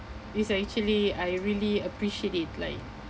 it's actually I really appreciate it like